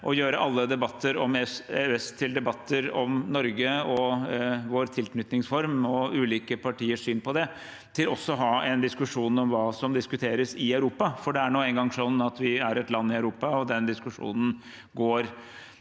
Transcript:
å gjøre alle debatter om EØS til debatter om Norge og vår tilknytningsform og ulike partiers syn på det, også hadde en diskusjon om hva som diskuteres i Europa, for det er nå engang slik at vi er et land i Europa, og den diskusjonen går